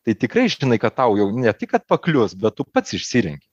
tai tikrai žinai kad tau jau ne tik kad paklius bet tu pats išsirenki